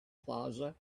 plaza